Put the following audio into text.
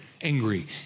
angry